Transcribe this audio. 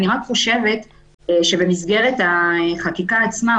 אני רק חושבת שבמסגרת החקיקה עצמה,